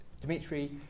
Dmitry